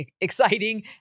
exciting